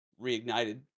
Reignited